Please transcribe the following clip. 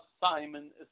Simon